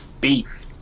beef